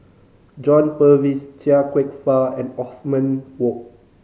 John Purvis Chia Kwek Fah and Othman Wok